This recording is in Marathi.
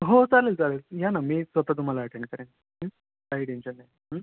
हो चालेल चालेल या ना मी स्वतः तुम्हाला अटेंड करेन काही टेंशन नाही